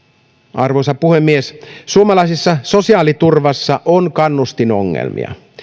arvoisa puhemies suomalaisessa sosiaaliturvassa on kannustinongelmia